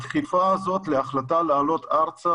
הדחיפה הזאת להחלטה לעלות ארצה